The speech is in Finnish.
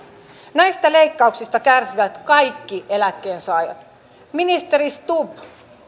näistä leikkauksista kärsivät kaikki eläkkeensaajat ministeri stubb